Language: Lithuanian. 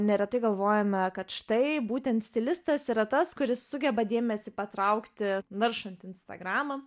neretai galvojame kad štai būtent stilistas yra tas kuris sugeba dėmesį patraukti naršant instagramą